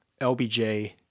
LBJ